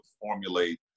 formulate